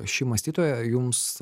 ši mąstytoja jums